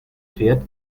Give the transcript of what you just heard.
fährt